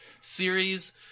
series